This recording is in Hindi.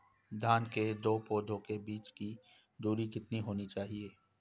धान के दो पौधों के बीच की दूरी कितनी होनी चाहिए?